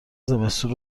زمستون